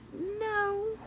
No